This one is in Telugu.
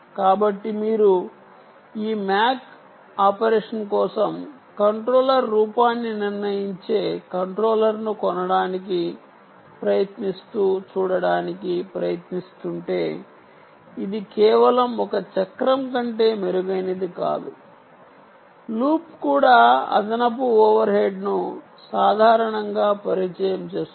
కాబట్టి మీరు ఈ MAC ఆపరేషన్ కోసం కంట్రోలర్ రూపాన్ని నిర్ణయించే కంట్రోలర్ను కొనడానికి ప్రయత్నిస్తూ చూడటానికి ప్రయత్నిస్తుంటే ఇది కేవలం ఒక చక్రం కంటే మెరుగైనది కాదు లూప్ కూడా అదనపు ఓవర్హెడ్ను సాధారణంగా పరిచయం చేస్తుంది